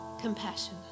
Compassion